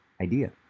idea